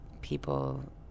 people